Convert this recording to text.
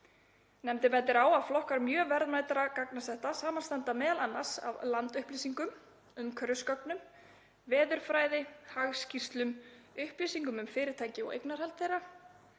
Nefndin bendir á að flokkar mjög verðmætra gagnasetta samanstanda m.a. af landupplýsingum, umhverfisgögnum, veðurfræði, hagskýrslum, upplýsingum um fyrirtæki og eignarhald þeirra